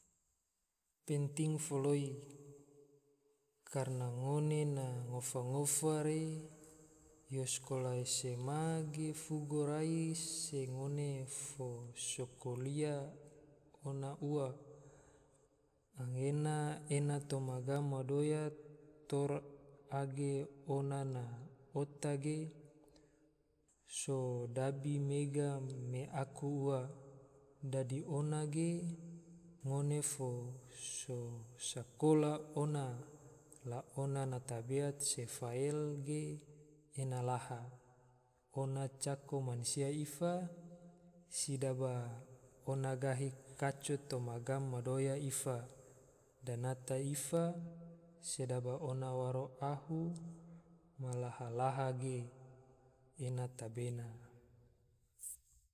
Penting foloi, karna ngone na ngofa-ngofa re, yo skola sma ge fugo rai se ngona fo so kuliah ona ua anggena ena toma gam ma doya tora ge ona na otak ge sodabi mega me aku ua, dadi ona ge ngone fo so sakola ona, la ona na tabeat se fael ge ena laha, ona cako mansia ifa, sedaba ona gahi kaco toma gam ma doya ifa, danata ifa, sedaba ona waro ahu ma laha-laha ge ena tabena